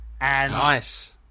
Nice